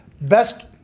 Best